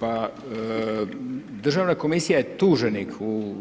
Pa Državna komisija je tuženik